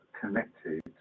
connected